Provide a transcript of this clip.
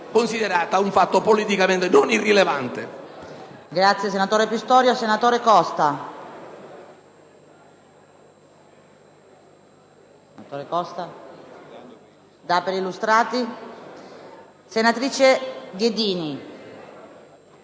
considerata un fatto politicamente non irrilevante.